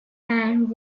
and